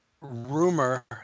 rumor